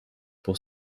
pour